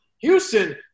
Houston